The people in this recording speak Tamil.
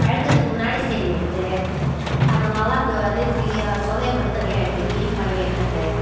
பழுக்குறதுக்கு முன்னாடி ஸ்டேஜு எடுத்து அது நல்லா வந்து கிளீ சொலையை மட்டும் தனியாக எடுத்து கிளீன் பண்ணி எடுத்துவிட்டு